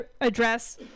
address